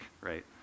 right